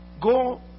Go